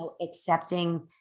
accepting